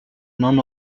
non